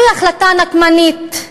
זוהי החלטה נקמנית,